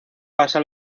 pasa